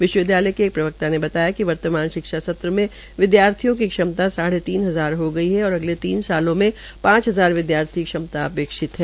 विश्वविद्यालय के एक प्रवक्ता ने बताया कि वर्तमान शिक्षा सत्र में विद्यार्थियों की क्षमता साढ़ तीन हजार हो गइ है और अगले तीन सालों में पांच हजार विद्यार्थी क्षमता अपेक्षित है